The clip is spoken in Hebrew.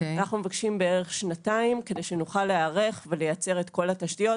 אנו מבקשים כשנתיים כדי שנוכל להיערך ולייצר את כל התשתיות.